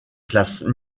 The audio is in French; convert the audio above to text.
classe